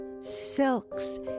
silks